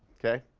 okay.